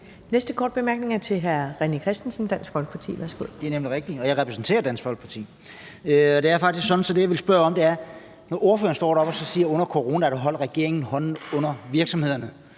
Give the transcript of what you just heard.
Næste korte bemærkning er fra hr. René Christensen, Dansk Folkeparti. Værsgo. Kl. 11:35 René Christensen (DF): Det er nemlig rigtigt. Og jeg repræsenterer Dansk Folkeparti. Det er faktisk sådan, at det, jeg vil spørge om, handler om, at ordføreren står deroppe og siger, at under coronaen holdt regeringen hånden under virksomhederne.